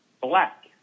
Black